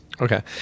Okay